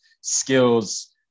skills